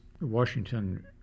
Washington